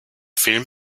film